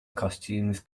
costumes